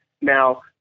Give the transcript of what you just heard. Now